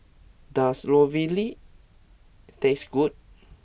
does Ravioli taste good